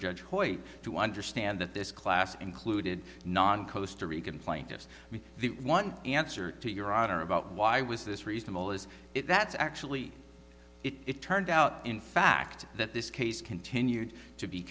to understand that this class included non kosta rican plaintiffs the one answer to your honor about why was this reasonable is it that's actually it turned out in fact that this case continued to be